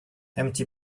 empty